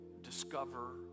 discover